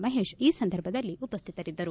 ಮಹೇಶ್ ಈ ಸಂದರ್ಭದಲ್ಲಿ ಉಪಸ್ಟಿತರಿದ್ದರು